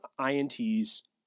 INTs